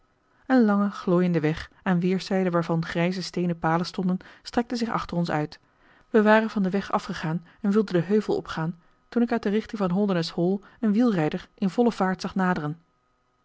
een lange glooiende weg aan weerszijden waarvan grijze steenen palen stonden strekte zich achter ons uit wij waren van den weg afgegaan en wilden den heuvel opgaan toen ik uit de richting van holdernesse hall een wielrijder in volle vaart zag naderen